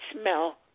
smell